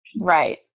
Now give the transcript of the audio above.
Right